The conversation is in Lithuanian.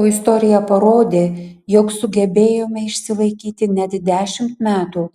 o istorija parodė jog sugebėjome išsilaikyti net dešimt metų